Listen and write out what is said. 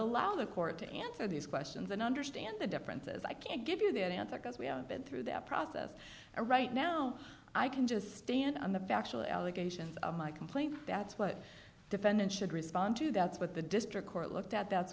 allow the court to answer these questions and understand the differences i can't give you that answer because we haven't been through that process or right now i can just stand on the factual allegations of my complaint that's what defendant should respond to that's what the district court looked at that's